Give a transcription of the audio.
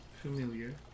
Familiar